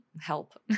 help